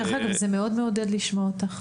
דרך אגב, זה מאוד מעודד לשמוע אותך.